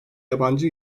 yabancı